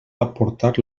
aportar